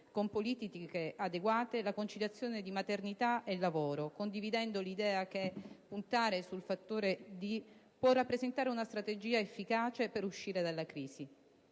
con politiche adeguate la conciliazione di maternità e lavoro, condividendo l'idea che puntare sul fattore "D" può rappresentare una strategia efficace per uscire dalla crisi: